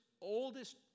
oldest